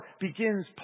begins